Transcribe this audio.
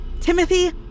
Timothy